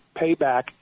payback